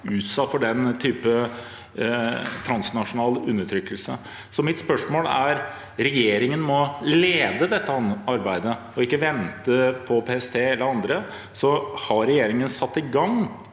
utsatt for den typen transnasjonal undertrykkelse. Mitt spørsmål er: Regjeringen må lede dette arbeidet og ikke vente på PST eller andre. Har regjeringen satt i gang